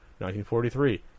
1943